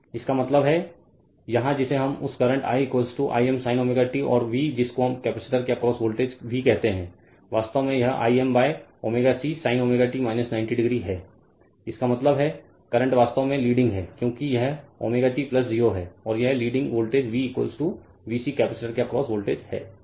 इसका मतलब है यहाँ जिसे हम उस current I I m sin ω t और V जिस को कपैसिटर के अक्रॉस वोल्टेज V कहते हैं वास्तव में यह I m ω C sin ω t 90 degree है इसका मतलब है करंट वास्तव में लीडिंग है क्योंकि यह ω t 0 है और यह लीडिंग वोल्टेज VVC कपैसिटर के अक्रॉस वोल्टेज है